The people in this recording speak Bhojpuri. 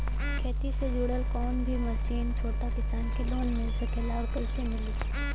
खेती से जुड़ल कौन भी मशीन छोटा किसान के लोन मिल सकेला और कइसे मिली?